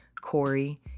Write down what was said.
Corey